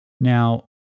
Now